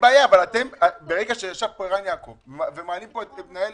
אבל ברגע שיש פה ערן יעקב ומעלים את פה את מנהל